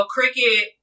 Cricket